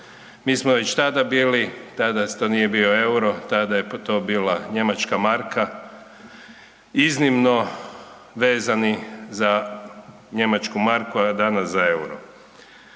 Mi smo već tada bili, tada to nije bio EUR-o, tada je to bila njemačka marka iznimno vezani za njemačku marku, a danas za EUR-o.